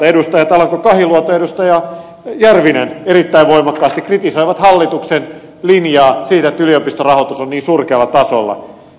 edustajat alanko kahiluoto ja järvinen erittäin voimakkaasti kritisoivat hallituksen linjaa siitä että yliopistorahoitus on niin surkealla tasolla